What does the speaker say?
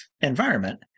environment